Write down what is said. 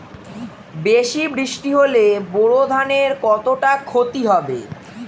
বেশি বৃষ্টি হলে বোরো ধানের কতটা খতি হবে?